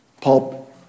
Paul